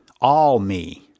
all-me